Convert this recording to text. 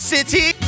City